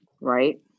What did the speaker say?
right